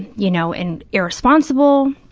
you know, and irresponsible.